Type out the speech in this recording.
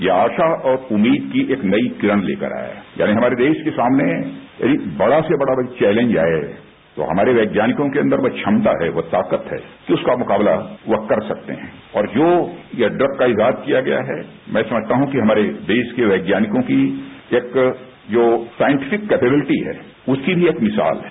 ये आशा और उम्मीद की एक नई किरण लेकर आया है यानी हमारे देश के सामने यदि बड़ा से बड़ा कोई चौलेंज आए यो हमारे वैज्ञानिकों के अंदर यो क्षमता है यो ताकत है कि उसका मुकाबला यो कर सकते हैं और जो ये ड्रग का इजाद किया गया है मै समझता हूं कि हमारे देश के वैज्ञानिकों की एक जो सांइटिफिक कैपेबिलिटी है उसकी भी एक मिसाल है